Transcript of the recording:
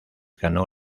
ganó